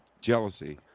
Jealousy